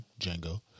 Django